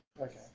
Okay